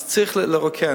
אז צריך לרוקן.